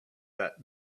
that